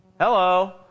Hello